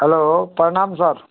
hello प्रणाम sir